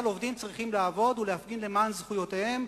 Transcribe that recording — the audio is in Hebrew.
אבל עובדים צריכים לעבוד ולהפגין למען זכויותיהם,